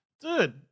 Dude